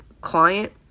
client